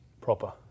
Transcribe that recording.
proper